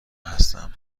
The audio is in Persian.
هستم